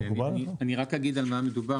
אני רק אגיד על מה מדובר,